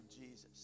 Jesus